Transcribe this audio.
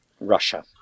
Russia